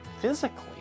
physically